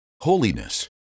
holiness